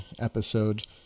episode